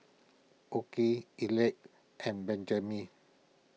Okey Elex and Benjiman